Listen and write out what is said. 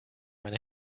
meine